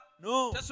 No